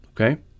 Okay